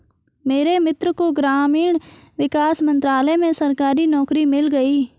मेरे मित्र को ग्रामीण विकास मंत्रालय में सरकारी नौकरी मिल गई